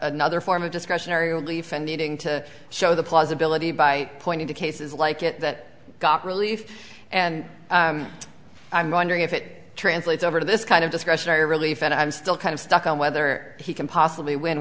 another form of discretionary only if anything to show the plausibility by pointing to cases like it that got relief and i'm wondering if it translates over to this kind of discretionary relief and i'm still kind of stuck on whether he can possibly win